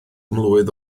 mlwydd